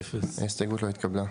0 ההסתייגות לא התקבלה.